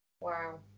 Wow